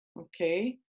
okay